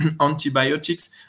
antibiotics